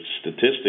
statistics